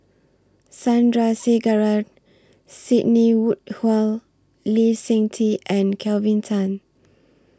Sandrasegaran Sidney Woodhull Lee Seng Tee and Kelvin Tan